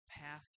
path